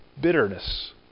bitterness